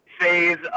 phase